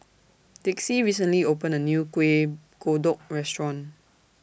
Dixie recently opened A New Kuih Kodok Restaurant